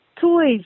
toys